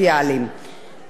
למען הסר ספק,